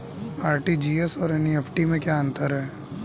RTGS और NEFT में क्या अंतर है?